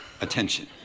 attention